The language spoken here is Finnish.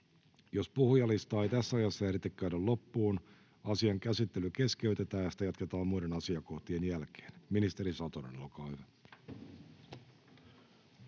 Jos puhujalistaa ei tässä ajassa ehditä käydä loppuun, asian käsittely keskeytetään ja sitä jatketaan muiden asiakohtien jälkeen. — Ministeri Satonen, olkaa hyvä.